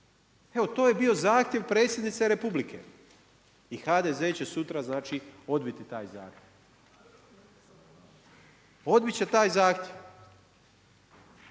Evo to je bio zahtjev predsjednice Republike i HDZ će sutra odbiti taj zahtjev. Odbit će taj zahtjev.